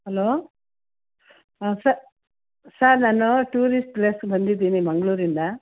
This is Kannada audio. ಹಲೋ ಸರ್ ನಾನು ಟೂರಿಸ್ಟ್ ಪ್ಲೇಸ್ಗೆ ಬಂದಿದ್ದೀನಿ ಮಂಗಳೂರಿಂದ